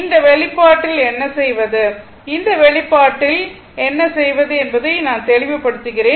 இந்த வெளிப்பாட்டில் என்ன செய்வது இந்த வெளிப்பாட்டில் என்ன செய்வது என்பதை தெளிவுபடுத்துகிறேன்